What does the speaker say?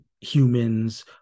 humans